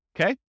Okay